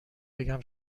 بگم